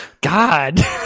god